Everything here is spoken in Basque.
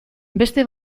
beste